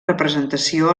representació